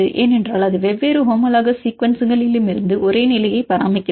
ஏனென்றால் அது வெவ்வேறு ஹோமோலோகஸ் சீக்குவன்ஸ்களிலிருந்து ஒரே நிலையை பராமரிக்கிறது